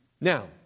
Now